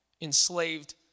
enslaved